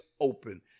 open